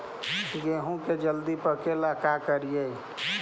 गेहूं के जल्दी पके ल का करियै?